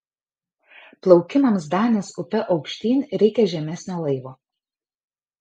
plaukimams danės upe aukštyn reikia žemesnio laivo